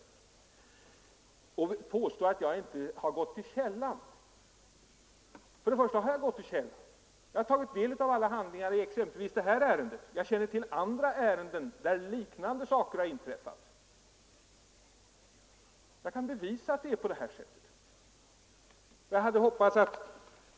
Herr statsrådet påstår att jag inte har gått till källan. Jo, jag har gått till källan. Jag har tagit del av alla handlingar i exempelvis det här ärendet. Jag känner till andra ärenden där liknande saker har inträffat. Jag kan bevisa att det är på det här sättet.